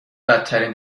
بدترین